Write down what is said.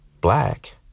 Black